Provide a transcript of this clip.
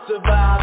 Survive